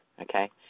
okay